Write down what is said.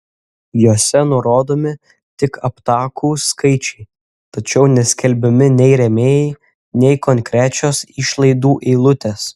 jose nurodomi tik aptakūs skaičiai tačiau neskelbiami nei rėmėjai nei konkrečios išlaidų eilutės